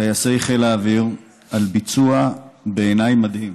לטייסי חיל האוויר, על ביצוע בעיניי מדהים,